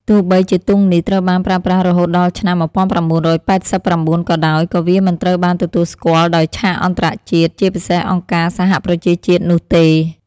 ទោះបីជាទង់នេះត្រូវបានប្រើប្រាស់រហូតដល់ឆ្នាំ១៩៨៩ ក៏ដោយ ក៏វាមិនត្រូវបានទទួលស្គាល់ដោយឆាកអន្តរជាតិ ជាពិសេសអង្គការសហប្រជាជាតិនោះទេ។